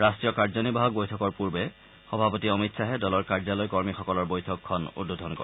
ৰাষ্টীয় কাৰ্যনিৰ্বাহক বৈঠকৰ পূৰ্বে সভাপতি অমিত খাহে দলৰ কাৰ্যালয় কৰ্মীসকলৰ বৈঠকখন উদ্বোধন কৰে